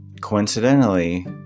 coincidentally